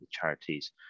charities